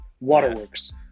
waterworks